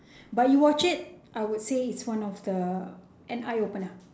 but you watch it I would say it's one of the an eye opener